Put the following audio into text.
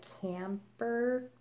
camper